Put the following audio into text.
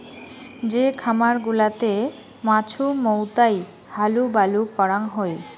যে খামার গুলাতে মাছুমৌতাই হালুবালু করাং হই